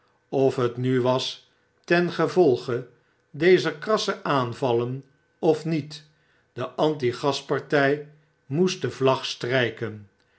of het nu was ten gevolge dezer krasse aanvallen of niet de anti gaspartij moest de vlag striken